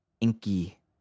inky